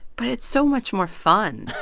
but it's so much more fun.